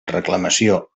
reclamació